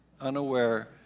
unaware